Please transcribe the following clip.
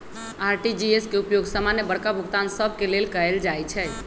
RTGS के उपयोग समान्य बड़का भुगतान सभ के लेल कएल जाइ छइ